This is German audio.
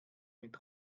mit